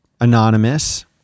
anonymous